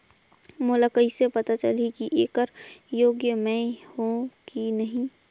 मोला कइसे पता चलही की येकर योग्य मैं हों की नहीं?